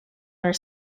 their